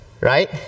right